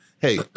hey